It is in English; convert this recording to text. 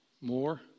more